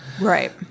right